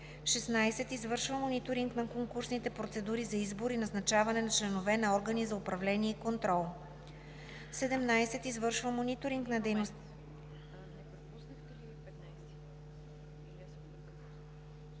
16. извършва мониторинг на конкурсните процедури за избор и назначаване на членове на органи за управление и контрол; 17. извършва мониторинг на дейността